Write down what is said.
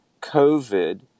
COVID